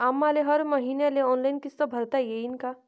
आम्हाले हर मईन्याले ऑनलाईन किस्त भरता येईन का?